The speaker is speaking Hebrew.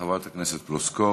חברת הכנסת פלוסקוב.